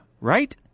right